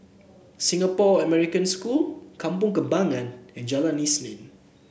Singapore American School Kampong Kembangan and Jalan Isnin